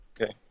Okay